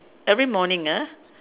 every morning ah